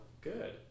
good